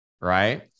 right